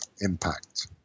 impact